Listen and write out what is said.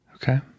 Okay